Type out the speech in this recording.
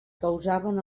causaven